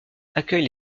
accueille